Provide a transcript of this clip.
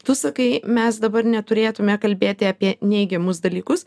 tu sakai mes dabar neturėtume kalbėti apie neigiamus dalykus